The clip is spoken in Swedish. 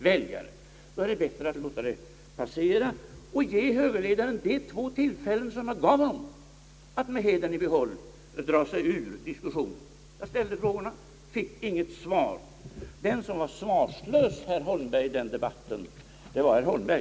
Nej, då var det bättre att låta det passsera och ge högerledaren de två tillfällen som jag gav honom att med hedern i behåll dra sig ur diskussionen. Jag ställde frågorna och fick inget svar. Den som var svarslös i den debatten, det var herr Holmberg.